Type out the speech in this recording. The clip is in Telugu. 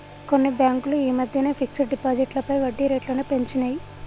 కొన్ని బ్యేంకులు యీ మద్దెనే ఫిక్స్డ్ డిపాజిట్లపై వడ్డీరేట్లను పెంచినియ్